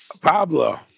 Pablo